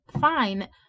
fine